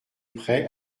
prêt